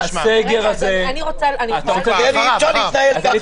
משרד הבריאות נתן תשובה.